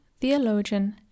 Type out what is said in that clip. theologian